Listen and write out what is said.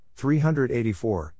384